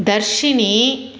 Dharshini